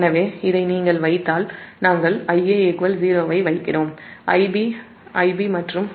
எனவே Ia 0 ஐ வைக்கிறோம் Ib மற்றும் Ic Ib ஆக இருக்கும்